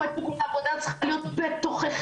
קודם כול העבודה צריכה להיות בתוככם,